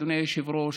אדוני היושב-ראש,